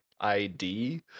ID